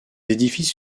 édifices